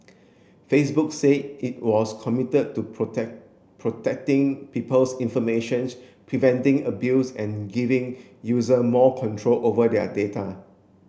Facebook say it was committed to protect protecting people's informations preventing abuse and giving user more control over their data